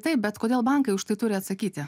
taip bet kodėl bankai už tai turi atsakyti